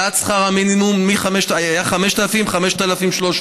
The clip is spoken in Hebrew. העלאת שכר המינימום: היה 5,000, 5,300,